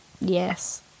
yes